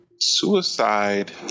Suicide